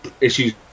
issues